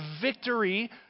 victory